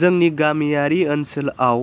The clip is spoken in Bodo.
जोंनि गामियारि ओनसोलाव